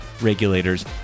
regulators